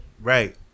Right